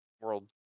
world